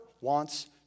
wants